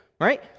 right